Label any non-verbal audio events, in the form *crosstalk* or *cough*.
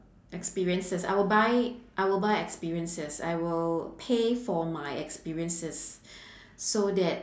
experiences I will buy I will buy experiences I will pay for my experiences *breath* so that